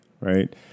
right